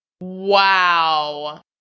Wow